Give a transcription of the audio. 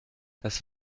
das